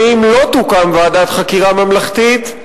אם לא תוקם ועדת חקירה ממלכתית,